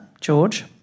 George